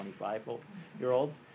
25-year-olds